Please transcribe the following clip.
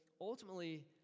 ultimately